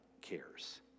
cares